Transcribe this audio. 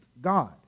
God